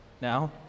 now